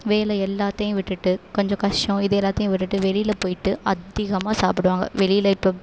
வேலை எல்லாத்தையும் விட்டுட்டு கொஞ்சம் கஷ்டம் இது எல்லாத்தையும் விட்டுட்டு வெளியில் போயிட்டு அதிகமாக சாப்பிடுவாங்க வெளியில் இப்போ